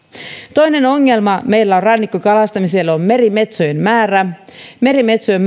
toinen ongelma meillä rannikkokalastamiselle on merimetsojen määrä merimetsojen